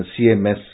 CMS